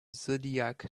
zodiac